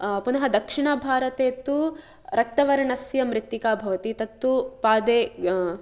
पुनः दक्षिणभारते तु रक्तवर्णस्य मृत्तिका भवति तत्तु पादे